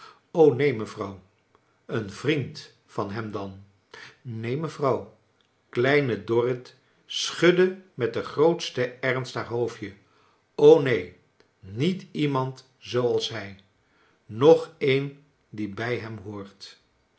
neen mevrouw een vriend van hem dan neen mevrouw kleine dorrit schudde met den grootsten ernst haar hoofdje neen niet iemand zooals hij noch een die bij hem hoort